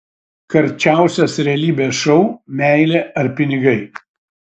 karčiausias realybės šou meilė ar pinigai